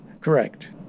Correct